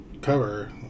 cover